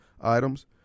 items